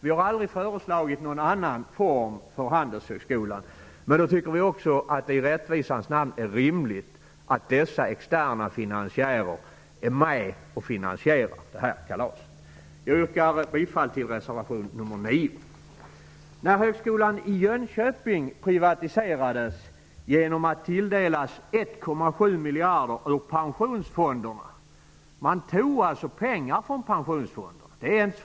Vi har aldrig föreslagit någon annan form för Handelshögskolan, men det är i rättvisans namn rimligt att de externa finansiärerna är med och betalar kalaset. Jag yrkar bifall till reservation 9. Högskolan i Jönköping privatiserades genom att tilldelas 1,7 miljarder ur pensionsfonderna. Man tog alltså pengar från pensionsfonderna.